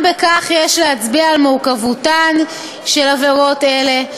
גם בכך יש להצביע על מורכבותן של עבירות אלה,